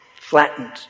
Flattened